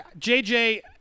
JJ